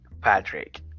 Patrick